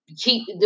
keep